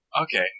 Okay